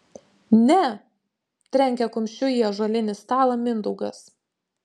ne trenkė kumščiu į ąžuolinį stalą mindaugas